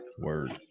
Word